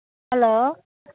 hello